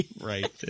Right